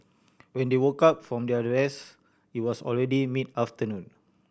when they woke up from their rest it was already mid afternoon